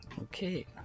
Okay